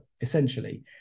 essentially